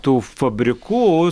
tų fabrikų